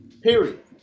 Period